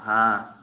हाँ